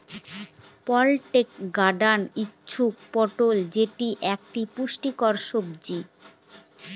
pointed gourd হচ্ছে পটল যেটি এক পুষ্টিকর সবজি